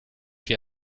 wir